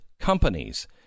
companies